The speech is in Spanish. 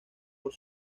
por